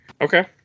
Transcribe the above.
Okay